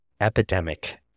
epidemic